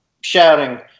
shouting